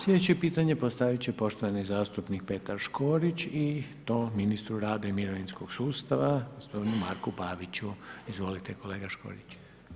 Slijedeće pitanje postavit će poštovani zastupnik Petar Škorić i to ministru rada i mirovinskog sustava, gospodinu Marku Paviću, izvolite kolega Škorić.